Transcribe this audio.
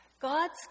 God's